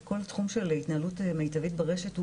כל התחום של התנהלות מיטבית ברשת הוא